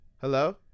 Hello